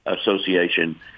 Association